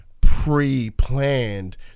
pre-planned